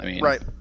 Right